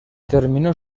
terminó